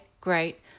great